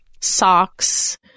socks